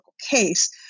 case